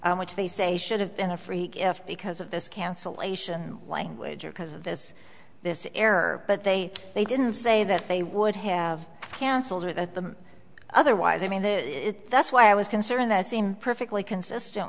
which they say should have been a free gift because of this cancellation language or because of this this error but they they didn't say that they would have canceled it at the otherwise i mean that's why i was concerned the scene perfectly consistent